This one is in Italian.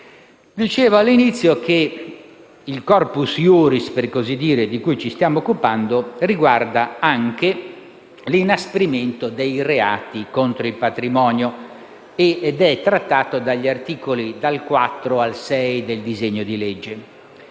Dicevo all'inizio che il *corpus iuris* di cui ci stiamo occupando riguarda anche l'inasprimento dei reati contro il patrimonio ed è trattato dagli articoli dal 4 al 6 del disegno di legge.